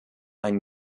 einen